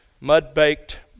mud-baked